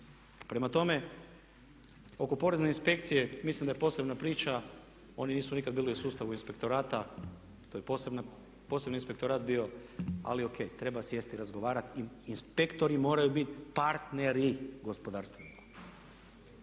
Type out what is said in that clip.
Prema tome oko Porezne inspekcije mislim da je posebna priča. Oni nisu nikada bili u sustavu inspektorata. To je posebni inspektorat bio. Ali o.k. Treba sjesti i razgovarati i inspektorati moraju biti partneri gospodarstveniku.